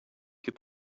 get